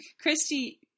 Christy